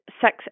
sex